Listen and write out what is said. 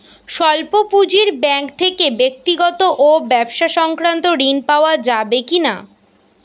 স্বল্প পুঁজির ব্যাঙ্ক থেকে ব্যক্তিগত ও ব্যবসা সংক্রান্ত ঋণ পাওয়া যাবে কিনা?